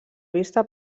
vista